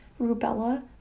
rubella